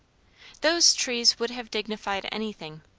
those trees would have dignified anything.